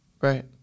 Right